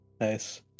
Nice